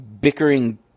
bickering